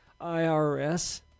IRS